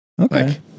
okay